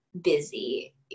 busy